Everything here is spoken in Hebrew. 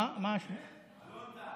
אלון טל.